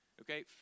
Okay